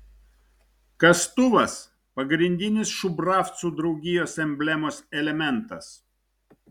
kastuvas pagrindinis šubravcų draugijos emblemos elementas